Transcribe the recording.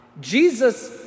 Jesus